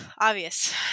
obvious